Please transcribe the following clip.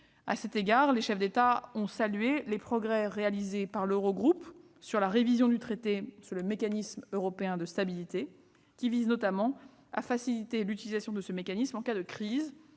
À cet égard, les chefs d'État ou de gouvernement ont salué les progrès réalisés par l'Eurogroupe sur la révision du traité sur le mécanisme européen de stabilité, qui vise notamment à faciliter l'utilisation de ce mécanisme en cas de crise,